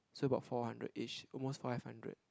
so about four hundred ish almost five hundred